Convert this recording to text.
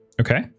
Okay